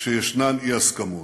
כשיש אי-הסכמות.